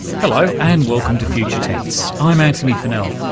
hello and welcome to future tense, i'm antony funnell,